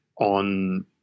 on